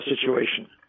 situation